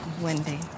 Wendy